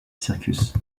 circus